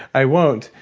i won't.